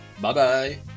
Bye-bye